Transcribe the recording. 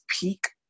peak